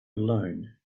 alone